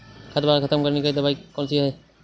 खरपतवार खत्म करने वाली दवाई कौन सी है?